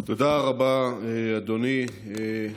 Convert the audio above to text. תודה רבה, אדוני.